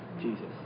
Jesus